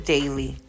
Daily